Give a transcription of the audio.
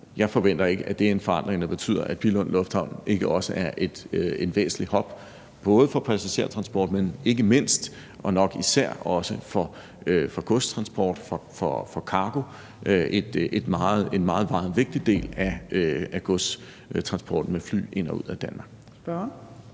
Jeg forventer ikke, at det er en forandring, der betyder, at Billund Lufthavn ikke også er en væsentlig hub, både for passagertransporten, men ikke mindst og nok især også for godstransport, for cargo, som er en meget, meget vigtig del af godstransporten med fly ind og ud af Danmark.